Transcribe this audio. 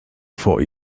vor